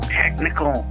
technical